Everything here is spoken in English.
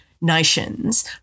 nations